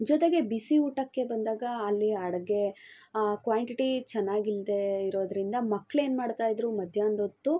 ಜೊತೆಗೆ ಬಿಸಿಯೂಟಕ್ಕೆ ಬಂದಾಗ ಅಲ್ಲಿ ಅಡುಗೆ ಕ್ವಾಂಟಿಟಿ ಚೆನ್ನಾಗಿಲ್ದೇ ಇರೋದರಿಂದ ಮಕ್ಳೇನು ಮಾಡ್ತಾ ಇದ್ದರು ಮಧ್ಯಾಹ್ನದೊತ್ತು